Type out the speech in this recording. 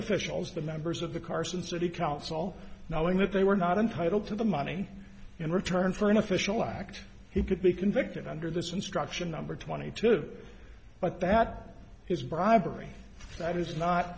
officials the members of the carson city council knowing that they were not entitled to the money in return for an official act he could be convicted under this instruction number twenty two but that is bribery that is not